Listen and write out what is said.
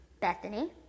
Bethany